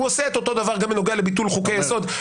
הוא עושה את אותו דבר גם בנוגע לביטול חוקי יסוד,